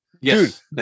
yes